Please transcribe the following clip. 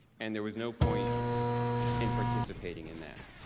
and there was no point in participating in that.